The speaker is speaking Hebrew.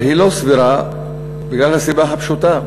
אבל היא לא סבירה בגלל הסיבה הפשוטה,